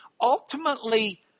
Ultimately